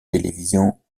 télévision